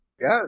Yes